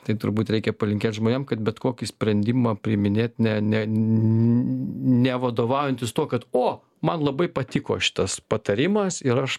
tai turbūt reikia palinkėt žmonėm kad bet kokį sprendimą priiminėt ne ne ne vadovaujantis tuo kad o man labai patiko šitas patarimas ir aš